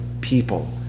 people